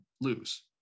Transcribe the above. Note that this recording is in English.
lose